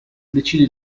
decide